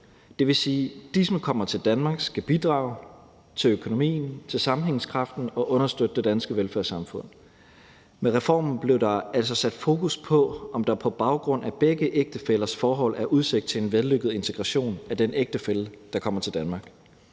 det vil sige, at dem, som kommer til Danmark, skal bidrage til økonomien, til sammenhængskraften og understøtte det danske velfærdssamfund. Med reformen blev der altså sat fokus på, om der på baggrund af begge ægtefællers forhold er udsigt til en vellykket integration af den ægtefælle, der kommer til Danmark.